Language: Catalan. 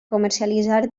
comercialitzar